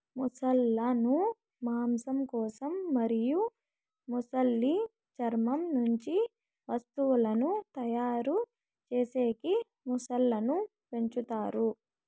మొసళ్ళ ను మాంసం కోసం మరియు మొసలి చర్మం నుంచి వస్తువులను తయారు చేసేకి మొసళ్ళను పెంచుతారు